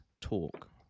talk